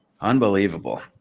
Unbelievable